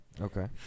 Okay